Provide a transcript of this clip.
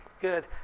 good